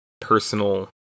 Personal